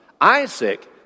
Isaac